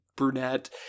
brunette